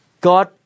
God